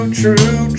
true